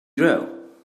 grow